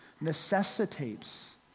necessitates